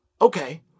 Okay